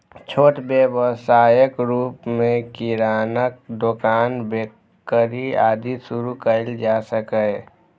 छोट व्यवसायक रूप मे किरानाक दोकान, बेकरी, आदि शुरू कैल जा सकैए